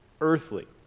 earthly